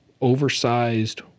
oversized